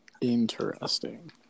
Interesting